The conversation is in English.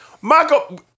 Michael